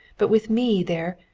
but with me there,